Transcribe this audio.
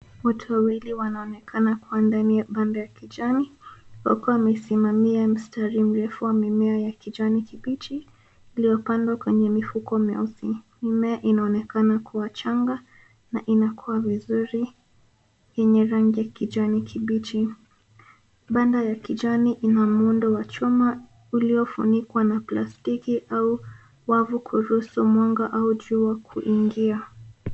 Watu wawili wanaonekana kuwa ndani ya banda ya kijani kwa kuwa wamesimamia mstari mrefu wa mimea ya kijani kibichi iliyopandwa kwenye mifuko meusi. Mimea inaonekana kuwa changa na inakuwa vizuri yenye rangi ya kijani kibichi. Banda ya kijani ina muundo wa chuma uliyofunikwa na plastiki au wavu kuruhusu mwanga au juu ya kuingia.